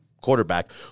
Quarterback